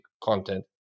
content